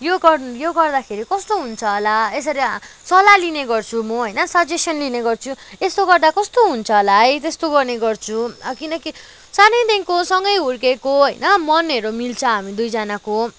यो गर्दाखेरि कस्तो हुन्छ होला यसरी सल्लाह लिने गर्छु म होइन सजेसन लिने गर्छु यस्तो गर्दा कस्तो हुन्छ होला है त्यस्तो गर्ने गर्छु अब किनकि सानैदेखिको सँगै हुर्केको होइन मनहरू मिल्छ हामी दुईजनाको